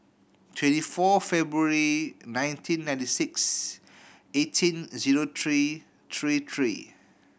twenty four February nineteen ninety six eighteen zero three three three